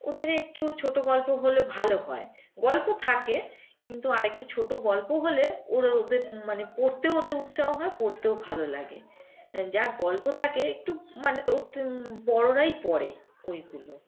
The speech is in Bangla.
ওদের একটু ছোট গল্প হলে ভালো হয় গল্প থাকে কিন্তু আর একটু ছোট গল্প হলে ওরা ওদের মানে পড়তেও ওদের উৎসাহ হয় পড়তেও ভালো লাগে যা গল্প থাকে একটু মানে তো বড়রাই পড়ে ওইগুলো